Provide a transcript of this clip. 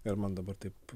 ir man dabar taip